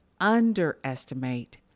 underestimate